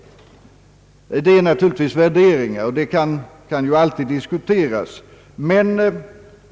Det är naturligtvis en fråga om värderingar, och sådana kan ju alltid diskuteras.